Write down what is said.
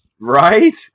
Right